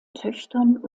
töchtern